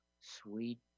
sweet